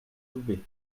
loubet